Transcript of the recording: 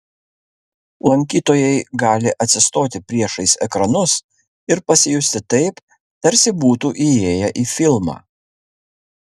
lankytojai gali atsistoti priešais ekranus ir pasijusti taip tarsi būtų įėję į filmą